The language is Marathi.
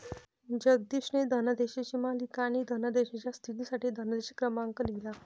जगदीशने धनादेशांची मालिका आणि धनादेशाच्या स्थितीसाठी धनादेश क्रमांक लिहिला